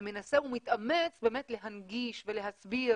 ומנסה ומתאמץ באמת להנגיש ולהסביר